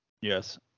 Yes